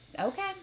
okay